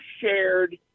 shared